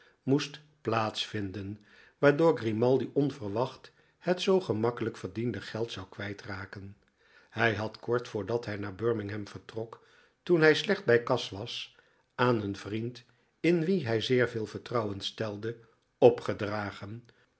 moest plaats vinden waardoor grimaldi onverwacht het zoo gemakkelijk verdiende geld zou kwijtraken hrj had kort voordat hi naar birmingham vertrok toen hi slecht bij kas was aan een vriend in wien hij zeer veel vertrouwen stelde opgedragen